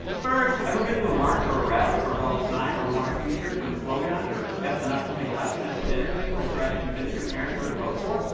first! ever been to a march or a rally or held a sign or worn a t-shirt with a slogan on it, or discussed an upcoming election at the dinner table and tried to convince your parents who to vote for?